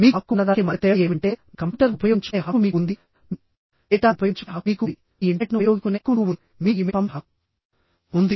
మీకు హక్కు ఉన్నదానికి మధ్య తేడా ఏమిటంటే మీ కంప్యూటర్ను ఉపయోగించుకునే హక్కు మీకు ఉంది మీ డేటాను ఉపయోగించుకునే హక్కు మీకు ఉందిమీ ఇంటర్నెట్ను ఉపయోగించుకునే హక్కు మీకు ఉంది మీకు ఇమెయిల్ పంపే హక్కు ఉంది